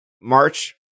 March